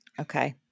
okay